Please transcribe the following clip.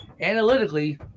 Analytically